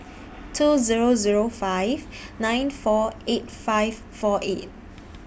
two Zero Zero five nine four eight five four eight